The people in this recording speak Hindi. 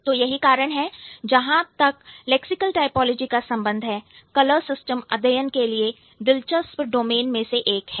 तो यही कारण है कि जहां तक लैक्सिकल टाइपोलॉजी का संबंध हैकलर सिस्टम अध्ययन के लिए दिलचस्प डोमेन में से एक है